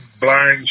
blind